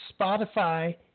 Spotify